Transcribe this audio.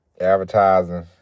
advertising